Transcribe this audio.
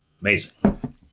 Amazing